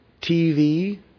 TV